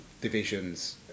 divisions